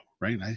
right